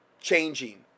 changing